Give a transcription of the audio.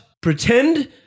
pretend